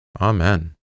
Amen